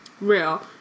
Real